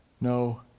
no